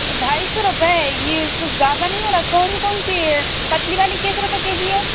ढाई सौ रुपये यह कुछ ज़्यादा नहीं हो रहा कौन कौन सी पतली वाली कितने रुपये के जी है